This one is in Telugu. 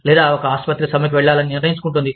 లేదా ఒక ఆసుపత్రి సమ్మెకు వెళ్ళాలని నిర్ణయించుకుంటుంది